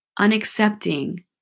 unaccepting